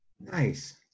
Nice